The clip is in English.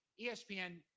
ESPN